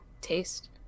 taste